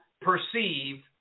perceive